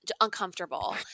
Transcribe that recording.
uncomfortable